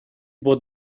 bod